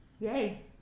Yay